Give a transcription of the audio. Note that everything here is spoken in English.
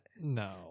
No